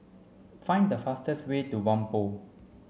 find the fastest way to Whampoa